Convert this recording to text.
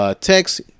Text